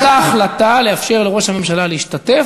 הייתה החלטה לאפשר לראש הממשלה להשתתף,